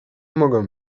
mogę